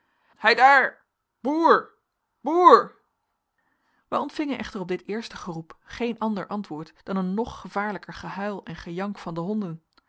heidaar boer boer wij ontvingen echter op dit eerste geroep geen ander antwoord dan een nog gevaarlijker gehuil en gejank van de honden